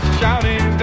shouting